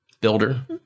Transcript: Builder